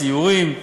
סיורים,